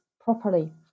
properly